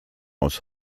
aus